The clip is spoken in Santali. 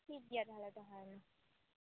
ᱴᱷᱤᱠᱜᱮᱭᱟ ᱛᱟᱦᱚᱞᱮ ᱫᱚᱦᱚᱭ ᱢᱮ